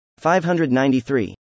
593